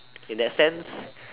in that sense